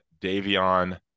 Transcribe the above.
Davion